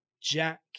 Jack